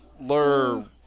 Lur